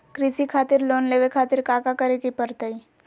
कृषि खातिर लोन लेवे खातिर काका करे की परतई?